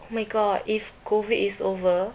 oh my god if COVID is over